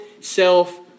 self